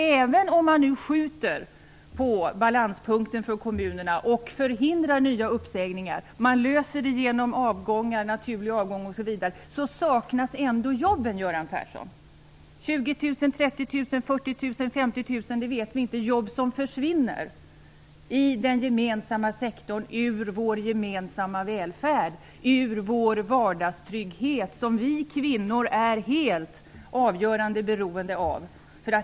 Även om man nu skjuter på balanspunkten för kommunerna och förhindrar nya uppsägningar - det kan lösas genom avgångar, naturlig avgång osv. - saknas ändå jobben, Göran Persson. Det är 20 000, 30 000, 40 000 eller 50 000 jobb - vi vet inte hur många - som försvinner, i den gemensamma sektorn, ur vår gemensamma välfärd, ur vår vardagstrygghet, som vi kvinnor är helt beroende av.